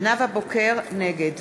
נגד